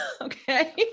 Okay